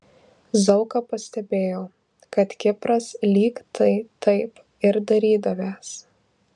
zauka pastebėjo kad kipras lyg tai taip ir darydavęs